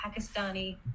Pakistani